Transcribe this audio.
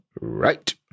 Right